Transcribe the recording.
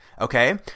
okay